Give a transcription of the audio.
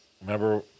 remember